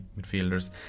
midfielders